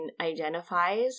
identifies